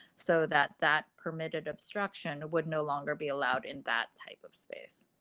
so, that that permitted obstruction would no longer be allowed in that type of space.